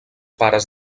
pares